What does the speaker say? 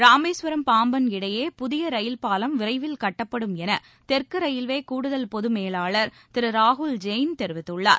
ராமேஸ்வரம் பாம்பன் இடையே புதிய ரயில் பாலம் விரைவில் கட்டப்படும் என தெற்கு ரயில்வே கூடுதல் பொது மேலாளர் திரு ராகுல் ஜெயின் தெரிவித்துள்ளார்